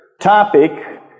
topic